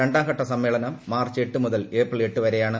രണ്ടാം ഘട്ട സമ്മേളനം മാർച്ച് എട്ട് മുതൽ ഏപ്രിൽ എട്ട് വരെയാണ്